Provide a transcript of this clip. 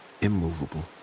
immovable